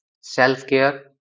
self-care